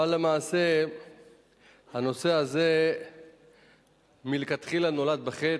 אבל למעשה הנושא הזה מלכתחילה נולד בחטא,